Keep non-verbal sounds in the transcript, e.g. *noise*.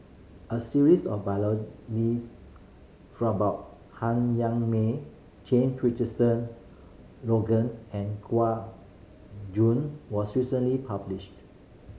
a series of *unintelligible* about Han Yong May Jame Richardson Logan and Gua Jun was recently published